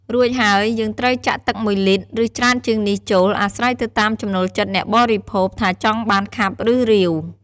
រួចហើយ យើងត្រូវចាក់ទឹក១លីត្រ ឬច្រើនជាងនេះចូល អាស្រ័យទៅតាមចំណូលចិត្តអ្នកបរិភោគ ថាចង់បានខាប់ ឬ រាវ។